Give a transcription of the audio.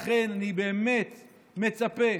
לכן, אני באמת מצפה